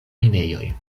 minejoj